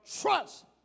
trust